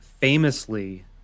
famously